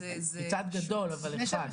היא צעד גדול, אבל אחד.